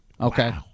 Okay